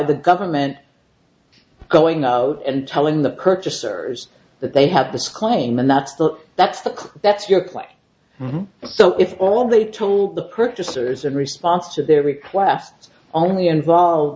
the government going out and telling the purchasers that they have this claim and that's the that's the that's your plan so if all they told the purchasers in response to their requests only involve